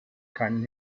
kein